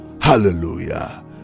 Hallelujah